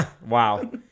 Wow